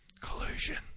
Collusion